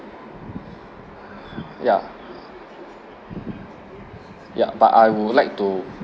ya ya but I would like to